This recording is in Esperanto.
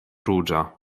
ruĝa